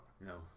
No